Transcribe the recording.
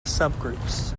subgroups